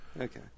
Okay